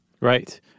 Right